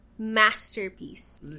Masterpiece